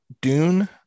Dune